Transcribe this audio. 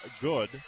good